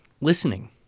listening